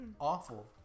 Awful